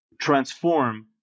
transform